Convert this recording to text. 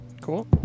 cool